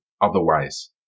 otherwise